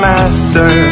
Master